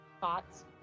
Thoughts